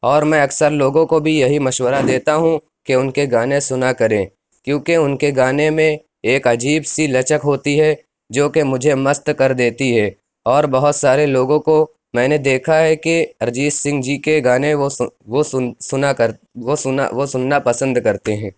اور میں اکثر لوگوں کو بھی یہی مشورہ دیتا ہوں کہ اُن کے گانے سُنا کریں کیوں کہ اُن کے گانے میں ایک عجیب سی لچک ہوتی ہے جو کہ مجھے مست کر دیتی ہے اور بہت سارے لوگوں کو میں نے دیکھا ہے کہ ارجیت سنگھ جی کے گانے وہ سُن وہ سُن سُنا کر وہ سُنا وہ سُننا پسند کرتے ہیں